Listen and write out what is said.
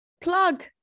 Plug